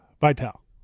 Vital